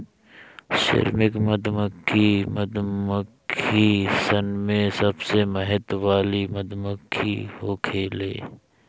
श्रमिक मधुमक्खी मधुमक्खी सन में सबसे महत्व वाली मधुमक्खी होखेले